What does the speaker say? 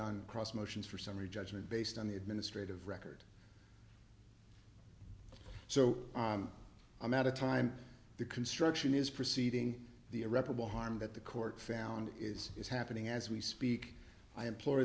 on cross motions for summary judgment based on the administrative record so i'm i'm out of time the construction is proceeding the irreparable harm that the court found is is happening as we speak i implo